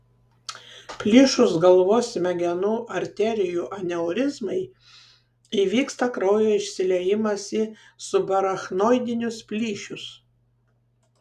plyšus galvos smegenų arterijų aneurizmai įvyksta kraujo išsiliejimas į subarachnoidinius plyšius